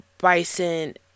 Bison